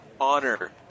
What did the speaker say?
honor